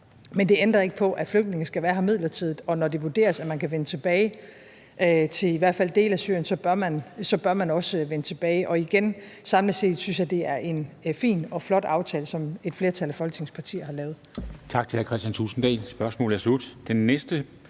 Men det ændrer ikke på, at flygtninge skal være her midlertidigt, og når det vurderes, at man kan vende tilbage til i hvert fald dele af Syrien, så bør man også vende tilbage. Og igen, samlet set synes jeg at det er en fin og flot aftale, som et flertal af Folketingets partier har lavet.